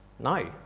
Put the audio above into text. No